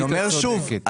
את צודקת,